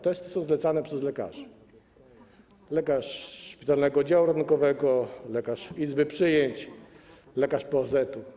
Testy są zlecane przez lekarzy, lekarzy szpitalnego oddziału ratunkowego, lekarzy izby przyjęć, lekarzy POZ-u.